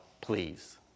please